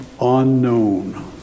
unknown